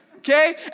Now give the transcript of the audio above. Okay